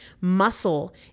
Muscle